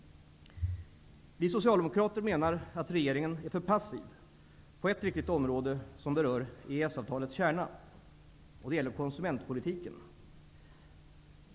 Vi socialdemokrater menar att regeringen är för passiv på ett viktigt område som berör EES-avtalets kärna, och det gäller konsumentpolitiken.